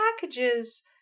packages